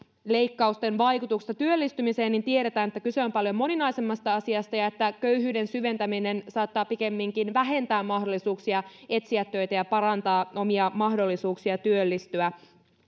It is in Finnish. leikkausten vaikutuksista työllistymiseen niin tiedetään että kyse on paljon moninaisemmasta asiasta ja että köyhyyden syventäminen saattaa pikemminkin vähentää mahdollisuuksia etsiä töitä ja parantaa omia mahdollisuuksiaan työllistyä